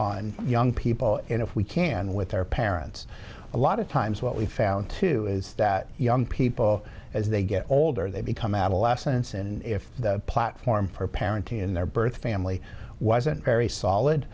on young people and if we can with their parents a lot of times what we found too is that young people as they get older they become adolescents and if the platform for parenting in their birth family wasn't very solid